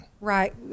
Right